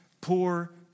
poor